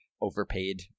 overpaid